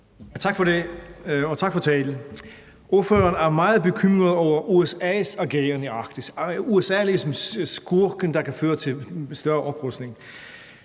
Tak for det, og tak for talen. Ordføreren er meget bekymret over USA's ageren i Arktis. USA er ligesom skurken, der kan føre til større oprustning.